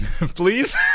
Please